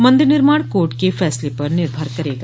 मंदिर निर्माण कोर्ट के फैसले पर निर्भर करेगा